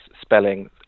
spelling